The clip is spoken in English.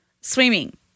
swimming